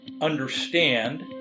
understand